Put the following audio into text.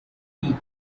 peat